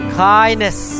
kindness